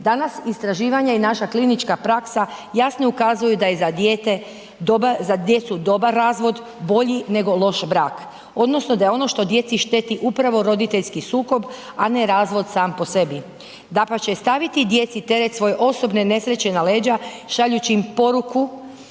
Danas istraživanja i naša klinička praksa jasno ukazuju da je za djecu dobar razvod, bolji nego loš brak, odnosno da je ono što djeci šteti upravo roditeljski sukob a ne razvod sam po sebi. Dapače staviti djeci teret svoje osobne nesreće na leđa šaljući im poruku